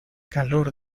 calor